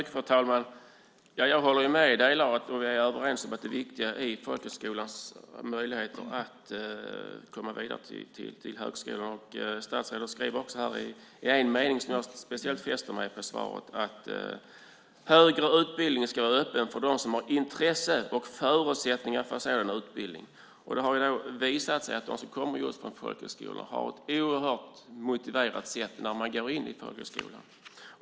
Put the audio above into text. Fru talman! Vi överens om det viktiga i folkhögskolestuderandes möjligheter att komma vidare till högskolan. Statsrådet skriver i en mening i svaret: "Högre utbildning ska vara öppen för dem som har intresse och förutsättningar för sådan utbildning." Det har visat sig att de som kommer från folkhögskolan har ett oerhört motiverat sätt när de går in på högskolan.